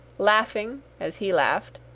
laughing as he laughed.